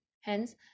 Hence